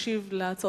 ישיב על ההצעות